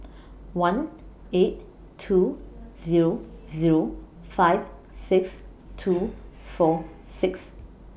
one eight two Zero Zero five six two four six